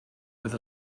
with